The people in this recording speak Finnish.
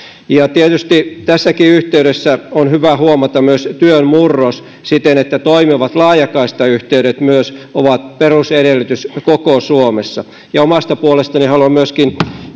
tietysti tässäkin yhteydessä on hyvä huomata myös työn murros siten että toimivat laajakaistayhteydet myös ovat perusedellytys koko suomessa omasta puolestani haluan myöskin